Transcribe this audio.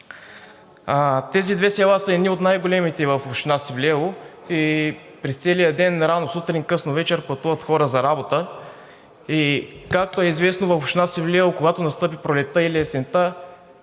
Тези две села са едни от най-големите в община Севлиево и през целия ден – рано сутрин и късно вечер, пътуват хора за работа. Както е известно, в община Севлиево, когато настъпи пролетта или есента,